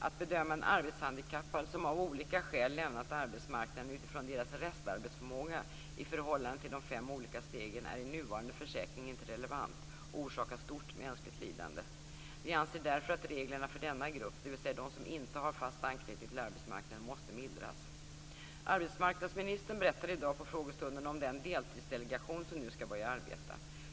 Att bedöma en arbetshandikappad som av olika skäl lämnat arbetsmarknaden utifrån deras restarbetsförmåga i förhållande till de fem olika stegen är i nuvarande försäkring inte relevant och orsakar stort mänskligt lidande. Vi anser därför att reglerna för denna grupp, dvs. de som inte har fast anknytning till arbetsmarknaden måste mildras. Arbetsmarknadsministern berättade i dag på frågestunden om den deltidsdelegation som nu skall börja arbeta.